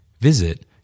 Visit